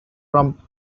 from